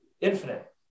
Infinite